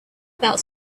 about